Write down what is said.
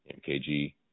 MKG